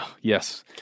Yes